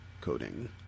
coding